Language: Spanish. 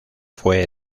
fue